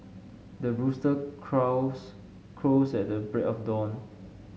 the rooster clouds crows at the break of dawn